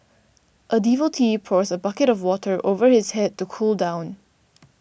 a devotee pours a bucket of water over his head to cool down